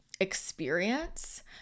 experience